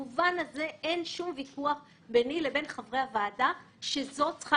אין שום ויכוח ביני לבין חברי הוועדה שזו צריכה